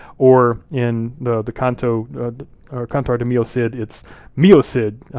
or in the the canto or cantar de mio cid, it's mio cid,